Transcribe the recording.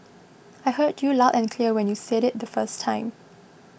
I heard you loud and clear when you said it the first time